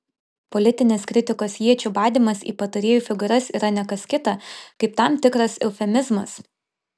politinės kritikos iečių badymas į patarėjų figūras yra ne kas kita kaip tam tikras eufemizmas